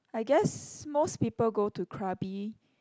I guess most people go to Krabi